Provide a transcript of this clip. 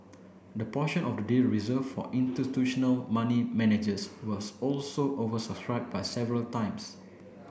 the portion of the deal reserved for institutional money managers was also oversubscribed by several times